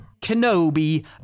kenobi